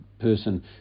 person